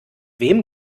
wem